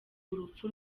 urupfu